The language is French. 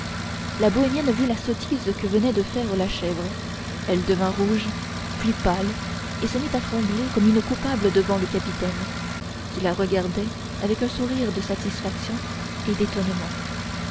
la bohémienne vit la sottise que venait de faire la chèvre elle devint rouge puis pâle et se mit à trembler comme une coupable devant le capitaine qui la regardait avec un sourire de satisfaction et d'étonnement